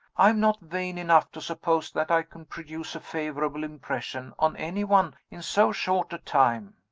i am not vain enough to suppose that i can produce a favorable impression on any one in so short a time.